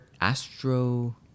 Astro